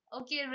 Okay